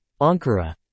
Ankara